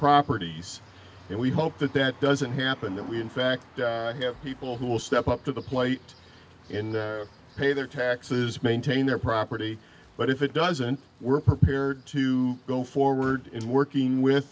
properties and we hope that that doesn't happen that we in fact have people who will step up to the plate in pay their taxes maintain their property but if it doesn't we're prepared to go forward in working with